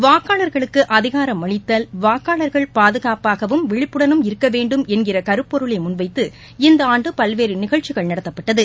வாக்காளர்களுக்கு அதிகாரமளித்தல் வாக்காளர்கள் பாதுகாப்பாகவும் விழிப்புடனும் இருக்க வேண்டும் என்கிற கருப்பொருளை முன்வைத்து இந்த ஆண்டு பல்வேறு நிகழ்ச்சிகள் நடத்தப்பட்டது